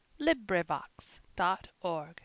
LibriVox.org